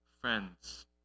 Friends